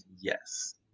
yes